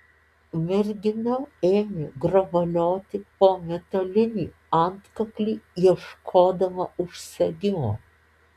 mergina ėmė grabalioti po metalinį antkaklį ieškodama užsegimo